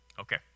Okay